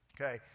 Okay